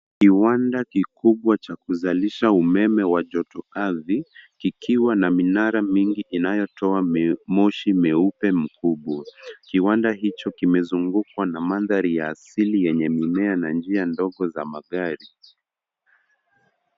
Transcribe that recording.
Kiwanda kikubwa cha kuzalisha umeme wa joto ardhi kikiwa na minara mingi inayotoa moshi mweupe mkubwa. Kiwanda hicho kimezungukwa na mandhari ya asili yenye mimea na njia ndogo zenye magari.